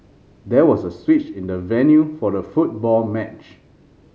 there was a switch in the venue for the football match